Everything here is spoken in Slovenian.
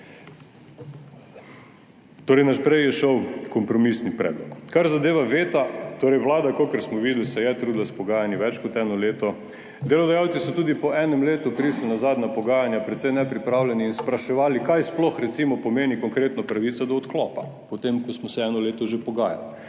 okrnjeno. Naprej je šel torej kompromisni predlog. Kar zadeva veta, torej vlada se je, kolikor smo videli, trudila s pogajanji več kot eno leto. Delodajalci so tudi po enem letu prišli na zadnja pogajanja precej nepripravljeni in spraševali, kaj sploh recimo konkretno pomeni pravica do odklopa, potem ko smo se eno leto že pogajali,